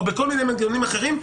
או בכל מיני מנגנונים אחרים,